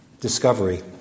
discovery